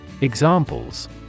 Examples